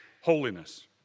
holiness